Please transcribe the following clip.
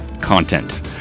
content